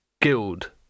Guild